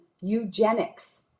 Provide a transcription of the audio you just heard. eugenics